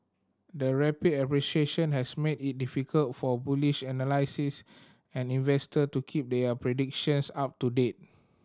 the rapid appreciation has made it difficult for bullish analysts and investor to keep their predictions up to date